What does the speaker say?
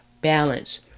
balance